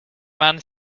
man